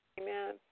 Amen